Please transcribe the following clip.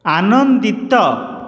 ଆନନ୍ଦିତ